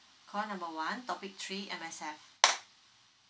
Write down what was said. call number one topic three M_S_F